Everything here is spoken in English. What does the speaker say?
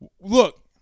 Look